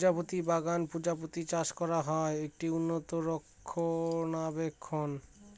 প্রজাপতি বাগান প্রজাপতি চাষ করা হয়, একটি উন্নত রক্ষণাবেক্ষণ